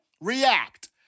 react